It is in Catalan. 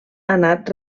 anat